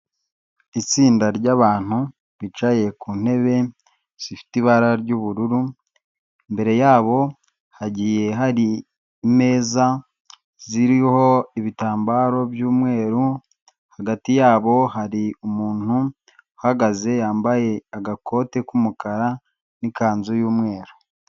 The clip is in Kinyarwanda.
Itsinda ry'abantu bicaye ku ntebe zifite ibara ry'ubururu, imbere yabo hagiye hari imeza ziriho ibitambaro by'umweru, hagati yabo hari umuntu uhagaze yambaye agakote k'umukara n'ikanzu y'umweru.